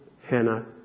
Hannah